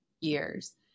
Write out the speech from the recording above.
years